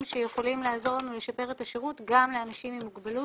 שיכולים לעזור לנו לשפר את השירות גם לאנשים עם מוגבלות.